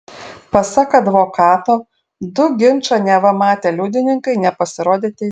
pasak advokato du ginčą neva matę liudininkai nepasirodė teisme